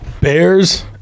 Bears